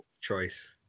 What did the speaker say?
choice